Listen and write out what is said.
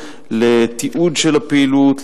לתיעוד של הפעילות,